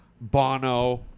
Bono